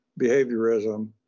behaviorism